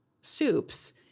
soups